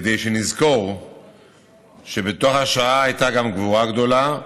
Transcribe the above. כדי שנזכור שבתוך השואה הייתה גם גבורה גדולה.